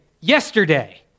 yesterday